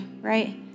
right